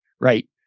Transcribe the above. right